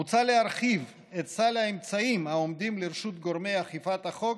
מוצע להרחיב את סל האמצעים העומדים לרשות גורמי אכיפת החוק